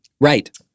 Right